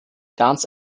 ganz